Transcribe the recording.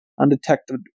undetected